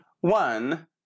one